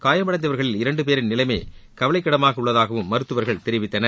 காயமடைந்தவர்களில் இரண்டு பேரின் நிலைமை கவலைக்கிடமாக உள்ளதாகவும் மருத்துவர்கள் தெரிவித்தனர்